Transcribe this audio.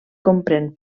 comprèn